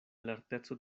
lerteco